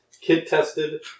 kid-tested